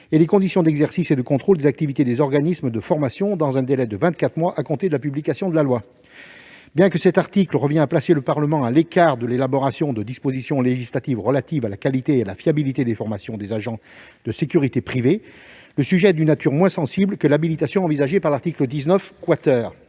et les conditions d'exercice et de contrôle des activités des organismes de formation dans un délai de vingt-quatre mois à compter de la publication de la loi. Bien que cet article conduise à mettre le Parlement à l'écart de l'élaboration de dispositions législatives relatives à la qualité et à la fiabilité des formations des agents de sécurité privée, le sujet est d'une nature moins sensible que l'habilitation prévue à l'article 19. Cette